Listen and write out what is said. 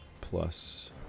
plus